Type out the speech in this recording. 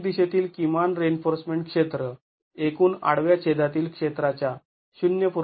प्रत्येक दिशेतील किमान रिइन्फोर्समेंट क्षेत्र एकूण आडव्या छेदातील क्षेत्राच्या ०